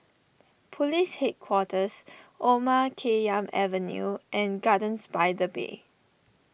Police Headquarters Omar Khayyam Avenue and Gardens by the Bay